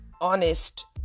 honest